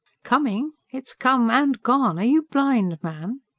coming? it's come. and gone. are you blind, man?